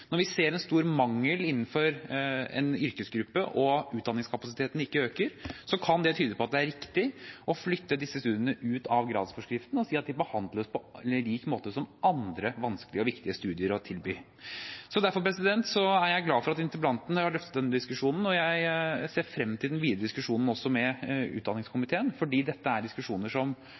Når vi ser en stor mangel innenfor en yrkesgruppe og utdanningskapasiteten ikke øker, kan det tyde på at det er riktig å flytte disse studiene ut av gradsforskriften og si at de behandles på samme måte som andre vanskelige og viktige studier å tilby. Derfor er jeg glad for at interpellanten har løftet denne diskusjonen, og jeg ser frem til den videre diskusjonen med utdanningskomiteen, for dette er diskusjoner